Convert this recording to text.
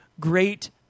Great